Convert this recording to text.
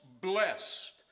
blessed